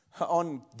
on